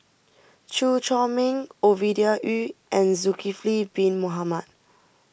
Chew Chor Meng Ovidia Yu and Zulkifli Bin Mohamed